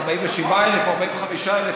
47,000 או 45,000?